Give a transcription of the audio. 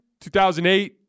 2008